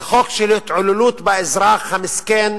זה חוק של התעללות באזרח המסכן,